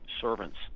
servants